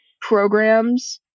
programs